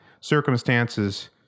circumstances